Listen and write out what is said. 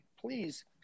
please